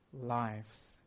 lives